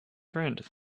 friend